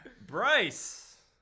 Bryce